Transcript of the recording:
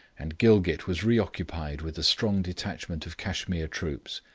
and gilgit was reoccupied with a strong detachment of cashmere troops,